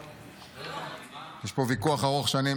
יש פה ויכוח ארוך-שנים.